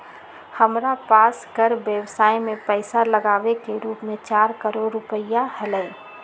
हमरा पास कर व्ययवसाय में पैसा लागावे के रूप चार करोड़ रुपिया हलय